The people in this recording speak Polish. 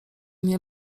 nie